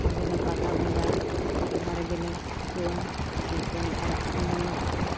ᱟᱞᱮ ᱫᱚ ᱯᱟᱛᱟ ᱵᱚᱸᱜᱟ ᱵᱟᱦᱟ ᱨᱮᱜᱮ ᱞᱮ ᱪᱩᱠᱟᱹᱣᱟ ᱢᱤᱫᱴᱟᱹᱝ ᱟᱨᱟᱜ ᱥᱤᱢ ᱵᱚᱸᱜᱟ ᱠᱟᱛᱮ